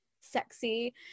sexy